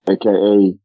aka